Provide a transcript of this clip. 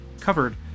covered